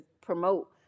promote